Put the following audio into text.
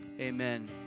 amen